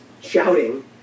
shouting